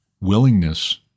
willingness